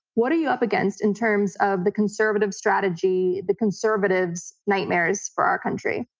what are you up against in terms of the conservative strategy, the conservatives' nightmares for our country?